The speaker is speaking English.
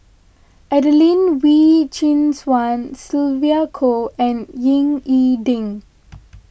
Adelene Wee Chin Suan Sylvia Kho and Ying E Ding